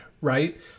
right